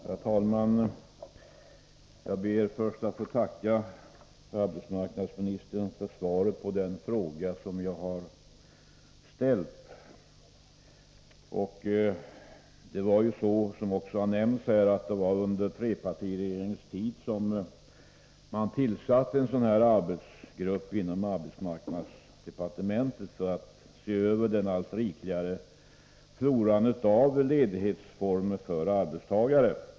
Herr talman! Jag ber först att få tacka arbetsmarknadsministern för svaret på den fråga som jag har ställt. Det var, som också har nämnts här, under trepartiregeringens tid som man tillsatte en arbetsgrupp inom arbetsmarknadsdepartementet för att se över den allt rikligare floran av ledighetsformer för arbetstagare.